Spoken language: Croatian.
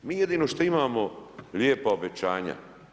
Mi jedino što imamo lijepa obećanja.